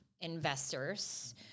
investors